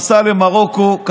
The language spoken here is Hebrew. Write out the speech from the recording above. נסע למרוקו,